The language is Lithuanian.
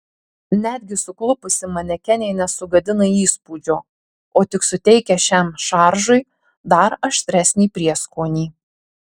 netgi suklupusi manekenė nesugadina įspūdžio o tik suteikia šiam šaržui dar aštresnį prieskonį